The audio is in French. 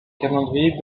calendrier